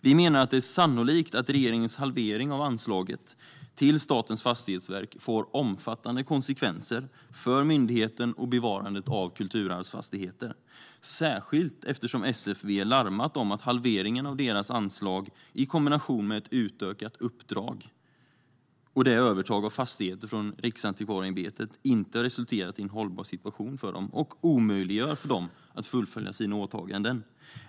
Vi menar att det är sannolikt att regeringens halvering av anslaget till Statens fastighetsverk får omfattande konsekvenser för myndigheten och bevarandet av kulturarvsfastigheter. Det är det särskilt eftersom SFV larmat om att halveringen av deras anslag i kombination med ett utökat uppdrag och ett övertag av fastigheter från Riksantikvarieämbetet inte resulterat i en hållbar situation för dem; det omöjliggör för dem att fullfölja sina åtaganden.